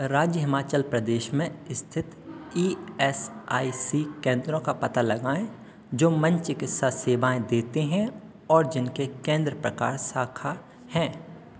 राज्य हिमाचल प्रदेश में स्थित ई एस आई सी केंद्रों का पता लगाएँ जो मनश्चिकित्सा सेवाएँ देते हैं और जिनके केंद्र प्रकार शाखा हैं